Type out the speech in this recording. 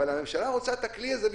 אבל הממשלה רוצה את הכלי הזה,